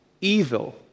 evil